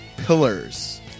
Pillars